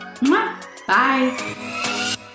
Bye